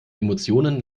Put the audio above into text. emotionen